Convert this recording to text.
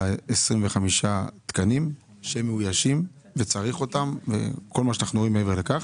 על ה-25 תקנים שמאוישים וצריך אותם וכל מה שאנחנו רואים מעבר לכך,